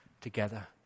together